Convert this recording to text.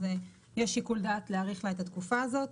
אז זה לשיקול דעת להאריך לה את התקופה הזאת.